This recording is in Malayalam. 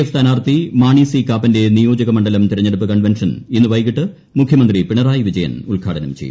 എഫ് സ്ഥാനാർത്ഥി മാണി സി കാപ്പന്റെ നിയോജക മണ്ഡലം തെരഞ്ഞെടുപ്പു കൺവെൻഷൻ ഇന്ന് വൈകീട്ട് മുഖ്യമന്ത്രി പിണറായി വിജയൻ ഉദ്ഘാടനം ചെയ്യും